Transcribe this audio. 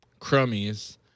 crummies